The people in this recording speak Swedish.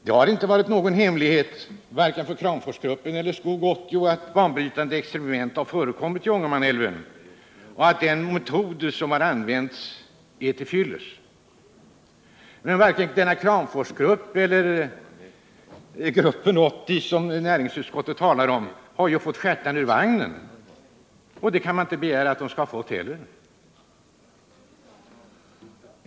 Det har inte varit någon hemlighet, vare sig för Kramforsgruppen eller för Skog 80, att banbrytande experiment har förekommit i Ångermanälven och att den metod som har använts är till fyllest. Men varken Kramforsgruppen eller Grupp 80, som näringsutskottet talar om, har ju fått stjärten ur vagnen — och det kan man inte heller begära.